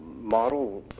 model